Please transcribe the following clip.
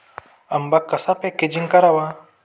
आंबा कसा पॅकेजिंग करावा?